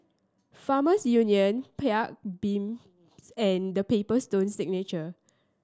Farmers Union Paik Bibim and Paper Stone Signature